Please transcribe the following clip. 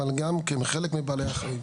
אבל גם כן הם חלק מבעלי החיים.